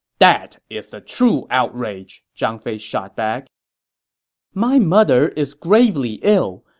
that is the true outrage! zhang fei shot back my mother is gravely ill.